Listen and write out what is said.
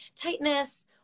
tightness